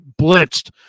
blitzed